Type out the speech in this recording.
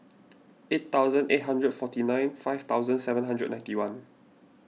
eight thousand eight hundred and forty nine five thousand seven hundred and ninety one